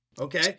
Okay